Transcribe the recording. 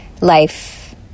life